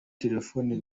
telefoni